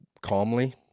calmly